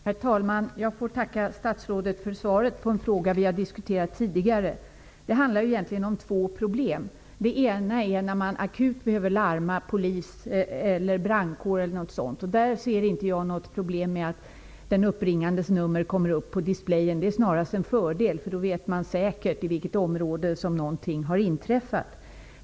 Herr talman! Låt mig tacka statsrådet för svaret på en fråga vi har diskuterat tidigare. Det handlar egentligen om två problem. Det ena är när man akut behöver larma polis eller brandkår. Där ser jag inget problem med att den uppringandes nummer kommer upp på displayen. Det är snarast en fördel. Då vet man säkert i vilket område som något har inträffat.